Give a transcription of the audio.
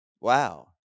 Wow